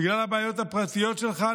בגלל הבעיות הפרטיות שלך,